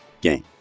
game